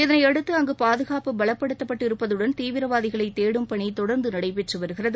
இதனையடுத்து அங்கு பாதுகாப்பு பலப்படுத்தப்பட்டு இருப்பதுடன் தீவிரவாதிகளை தேடும் பணி தொடர்ந்து நடைபெற்று வருகிறது